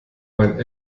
mein